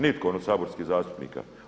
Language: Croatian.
Nitko od saborskih zastupnika.